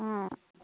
অঁ